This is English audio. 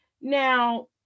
Now